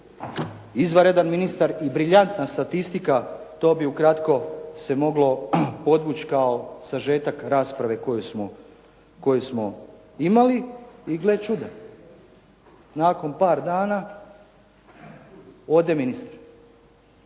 izvanredan ministar i briljantna statistika. To bi ukratko se moglo podvući kao sažetak rasprave koju smo imali. I gle čuda, nakon par dana ode ministar.